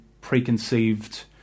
preconceived